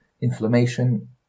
inflammation